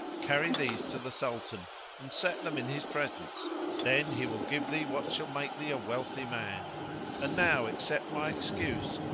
carry these to the sultan and set them in his presence then he will give thee what shall make thee a wealthy man and now accept my excuse,